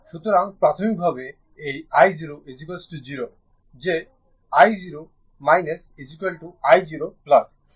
সুতরাং প্রাথমিকভাবে এই i0 0 যে i0 i0